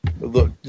Look